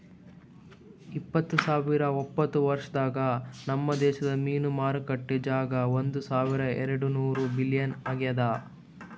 ಇಪ್ಪತ್ತು ಸಾವಿರ ಉಪತ್ತ ವರ್ಷದಾಗ್ ನಮ್ ದೇಶದ್ ಮೀನು ಮಾರುಕಟ್ಟೆ ಜಾಗ ಒಂದ್ ಸಾವಿರ ಎರಡು ನೂರ ಬಿಲಿಯನ್ ಆಗ್ಯದ್